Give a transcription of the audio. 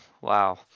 wow